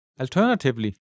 Alternatively